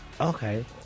okay